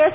S